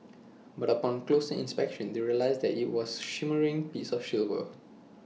but upon closer inspection they realised that IT was A shimmering piece of silver